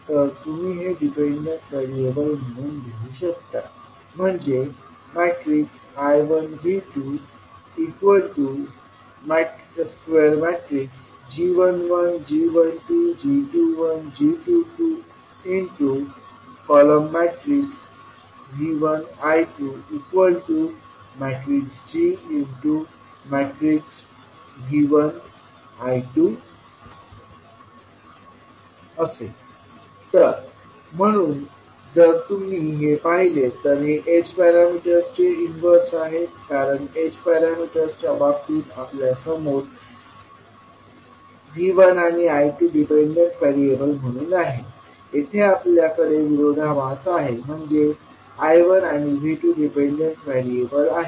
तर तुम्ही हे डिपेंडंट व्हेरिएबल म्हणून लिहू शकता म्हणजे I1 V2 g11 g12 g21 g22 V1 I2 gV1 I2 तर म्हणून जर तुम्ही हे पाहिले तर हे h पॅरामीटर्सचे इन्वर्स आहेत कारण h पॅरामीटर्सच्या बाबतीत आपल्यासमोर V1 आणि I2 डिपेंडंट व्हेरिएबल म्हणून आहेत येथे आपल्याकडे विरोधाभास आहे म्हणजे I1आणि V2 डिपेंडंट व्हेरिएबल आहेत